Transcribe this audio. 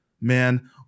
man